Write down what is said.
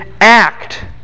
act